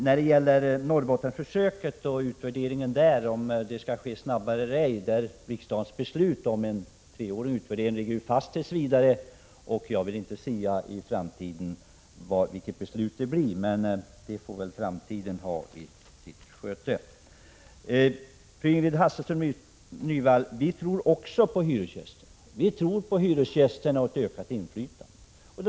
När det gäller frågan om huruvida utvärderingen av Norrbottensförsöket skall ske snabbare kan sägas att riksdagens beslut om en treårig utvärderingsperiod tills vidare ligger fast. Jag vill inte sia om vad beslutet kan bli, det får väl framtiden visa. Vi tror också på hyresgästerna och vill ge dem ett ökat inflytande, Ingrid Hasselström Nyvall.